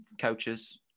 coaches